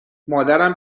مادرم